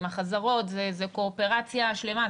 עם החזרות וזו קואופרציה שלמה,